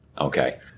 Okay